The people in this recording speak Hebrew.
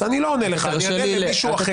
אין בה שום הגנה,